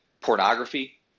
pornography